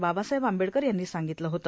बाबासाहेब आंबेडकर यांनी सांगितले होते